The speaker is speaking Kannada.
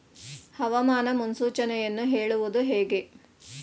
ಹವಾಮಾನ ಮುನ್ಸೂಚನೆಯನ್ನು ಹೇಳುವುದು ಹೇಗೆ?